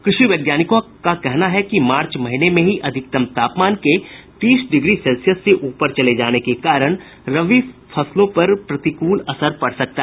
कृषि वैज्ञानिकों का कहना है कि मार्च महीने में ही अधिकतम तापमान के तीस डिग्री सेल्सियस से ऊपर चले जाने के कारण रबी फसलों पर प्रतिकूल असर पड़ सकता